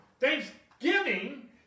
Thanksgiving